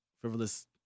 frivolous